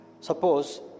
Suppose